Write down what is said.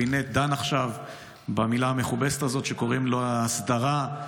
הקבינט דן עכשיו במילה המכובסת הזו שקוראים לה "הסדרה",